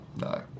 No